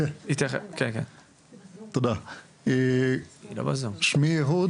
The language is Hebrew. תודה, שמי אהוד